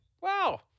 wow